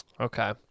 okay